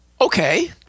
Okay